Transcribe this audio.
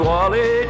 Wally